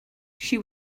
she